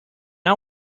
our